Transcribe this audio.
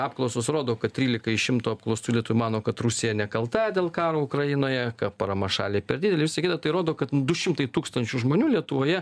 apklausos rodo kad trylika iš šimto apklaustų lietuvių mano kad rusija nekalta dėl karo ukrainoje kad parama šaliai per didelė ir visa kita tai rodo kad du šimtai tūkstančių žmonių lietuvoje